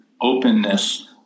openness